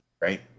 right